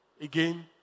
Again